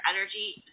energy